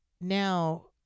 now